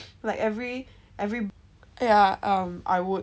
like every yeah um I would